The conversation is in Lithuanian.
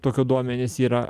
tokio duomenys yra